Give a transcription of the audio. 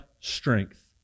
strength